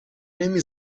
نمی